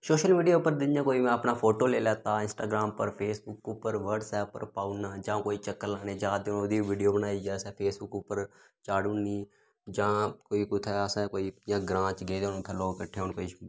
social media उप्पर इ'यां में कोई अपना फोटो लेई लैता इंस्टाग्राम उप्पर फेसबुक उप्पर वाटस्ऐप उप्पर पाऊ उड़ना जां कोई चक्कर लाने गी जा दे होऐ ओह्दी वीडियो बनाइयै असें फेसबुक उप्पर चाड़ू उड़नी जां कोई कुत्थै असें कोई इयां ग्रांऽ च गेदे होन उत्थें लोक किट्ठे होऐ दे होन किश